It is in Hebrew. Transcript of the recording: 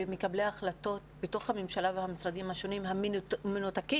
ומקבלי ההחלטות בתוך הממשלה והמשרדים השונים מנותקים